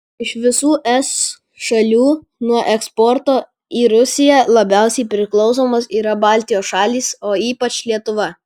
iš visų es šalių nuo eksporto į rusiją labiausiai priklausomos yra baltijos šalys o ypač lietuva